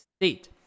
State